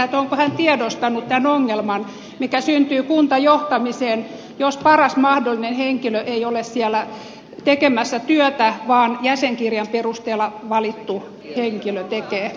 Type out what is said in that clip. onko hän tiedostanut tämän ongelman mikä syntyy kuntajohtamiseen jos paras mahdollinen henkilö ei ole siellä tekemässä työtä vaan jäsenkirjan perusteella valittu henkilö tekee